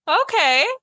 Okay